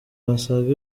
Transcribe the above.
basaga